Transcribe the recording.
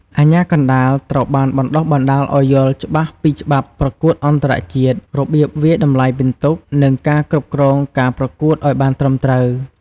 អាជ្ញាកណ្តាល ត្រូវបានបណ្តុះបណ្តាលឲ្យយល់ច្បាស់ពីច្បាប់ប្រកួតអន្តរជាតិ របៀបវាយតម្លៃពិន្ទុ និងការគ្រប់គ្រងការប្រកួតឲ្យបានត្រឹមត្រូវ។